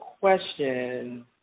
question